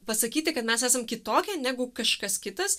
pasakyti kad mes esam kitokie negu kažkas kitas